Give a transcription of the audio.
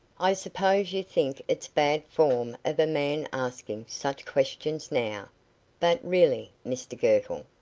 i suppose you think it's bad form of a man asking such questions now but really, mr girtle,